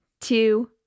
two